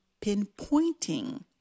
pinpointing